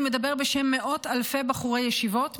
אני מדבר בשם מאות אלפי בחורי ישיבות,